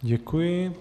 Děkuji.